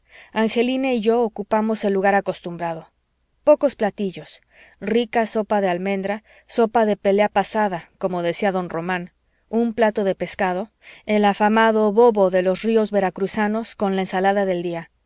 angelina y yo ocupamos el lugar acostumbrado pocos platillos rica sopa de almendra sopa de la pelea pasada como decía don román un plato de pescado el afamado bobo de los ríos veracruzanos con la ensalada del día